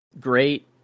great